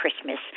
Christmas